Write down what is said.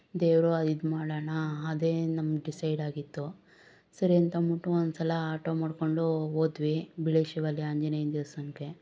ದೇವರು ಇದು ಮಾಡೋಣ ಅದೇ ನಮ್ಮ ಡಿಸೈಡ್ ಆಗಿತ್ತು ಸರಿ ಅಂತ ಅಂದ್ಬಿಟ್ಟು ಒಂದು ಸಲ ಆಟೋ ಮಾಡ್ಕೊಂಡು ಹೋದ್ವಿ ಬಿಳಿಶಿವಾಲಯ ಆಂಜನೇಯ ದೇವಸ್ಥಾನಕ್ಕೆ